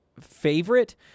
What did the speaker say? favorite